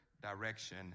direction